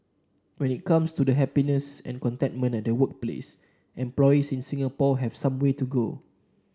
when it comes to the happiness and contentment at the workplace employees in Singapore have some way to go